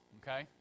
okay